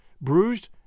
bruised